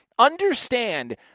Understand